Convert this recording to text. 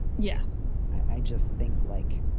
yes, i just think like.